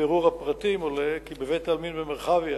מבירור הפרטים עולה כי בבית-העלמין במרחביה